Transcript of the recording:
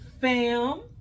fam